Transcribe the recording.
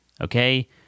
Okay